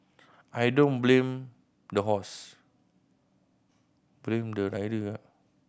I don't blame the horse